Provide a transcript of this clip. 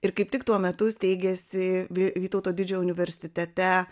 ir kaip tik tuo metu steigėsi vytauto didžiojo universitete